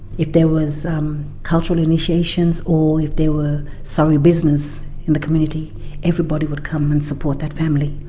if there was cultural initiations or if there were sorry business in the community everybody would come and support that family.